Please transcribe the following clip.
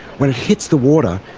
when it hits the water,